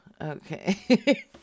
Okay